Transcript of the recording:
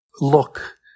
Look